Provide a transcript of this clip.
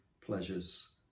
pleasures